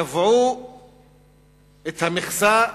קבעו את המכסה